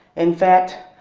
in fact,